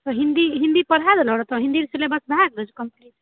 हिन्दी हिन्दी पढ़ा देलहो रह तु हिन्दी कम्प्लीट भए गेलै सिलेबस